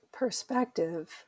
Perspective